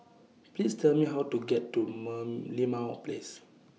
Please Tell Me How to get to Merlimau Place